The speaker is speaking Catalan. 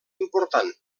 important